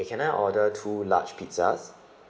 okay can I order two large pizzas